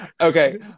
okay